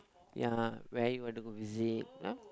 ya where you want to go visit lah